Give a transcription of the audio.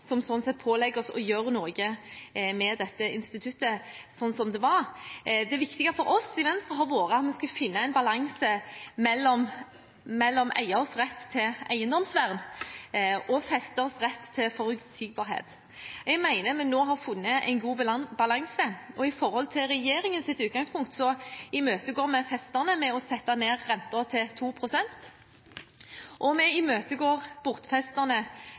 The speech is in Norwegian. som slik sett pålegger oss å gjøre noe med dette instituttet slik som det var. Det viktige for oss i Venstre har vært at vi skulle finne en balanse mellom eiers rett til eiendomsvern og festers rett til forutsigbarhet. Jeg mener at vi nå har funnet en god balanse, og i forhold til regjeringens utgangspunkt imøtekommer vi festerne med å sette ned renten til 2 pst., og vi